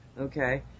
okay